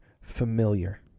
familiar